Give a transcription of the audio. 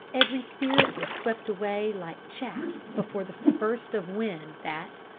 every spirit was swept away like chaff before the burst of wind that,